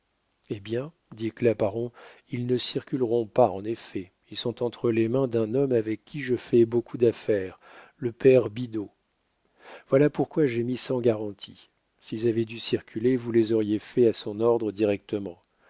eh bien dit claparon ils ne circuleront pas en effet ils sont entre les mains d'un homme avec qui je fais beaucoup d'affaires le père bidault voilà pourquoi j'ai mis sans garantie s'ils avaient dû circuler vous les auriez faits à son ordre directement